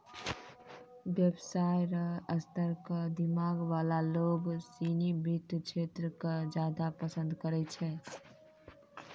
व्यवसाय र स्तर क दिमाग वाला लोग सिनी वित्त क्षेत्र क ज्यादा पसंद करै छै